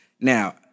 Now